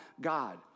God